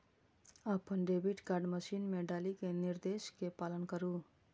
अपन debit card machine मे डालि कें निर्देश के पालन करु